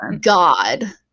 God